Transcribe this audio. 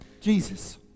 Jesus